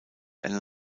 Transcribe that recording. eine